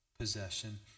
possession